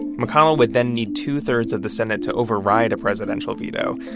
and mcconnell would then need two-thirds of the senate to override a presidential veto,